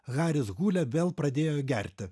haris hūlė vėl pradėjo gerti